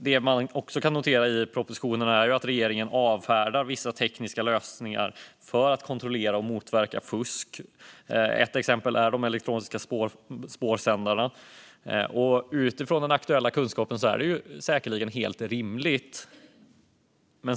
Det man också kan notera i propositionen är att regeringen avfärdar vissa tekniska lösningar för att kontrollera och motverka fusk. Ett exempel är de elektroniska störsändarna. Utifrån aktuell kunskap är det säkerligen helt rimligt.